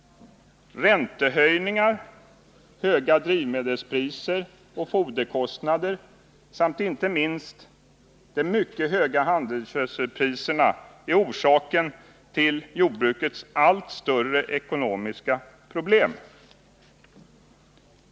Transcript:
Räntehöjningar, höjda drivmedelspriser och foderkostnader samt inte minst de mycket höga handelsgödselpriserna är orsaken till jordbrukets allt större ekonomiska problem.